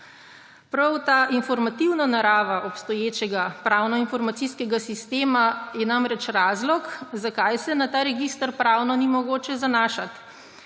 Prav ta informativna narava obstoječega pravno-informacijskega sistema je namreč razlog, zakaj se na ta register pravno ni mogoče zanašati.